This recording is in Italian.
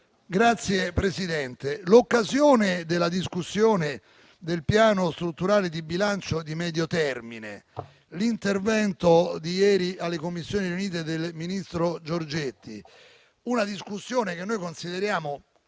Signor Presidente, l'occasione della discussione sul piano strutturale di bilancio di medio termine e l'intervento di ieri alle Commissioni riunite del ministro Giorgetti, una discussione che noi consideriamo